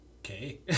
okay